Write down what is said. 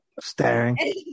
staring